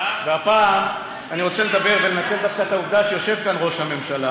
והפעם אני רוצה לדבר ולנצל דווקא את העובדה שיושב כאן ראש הממשלה,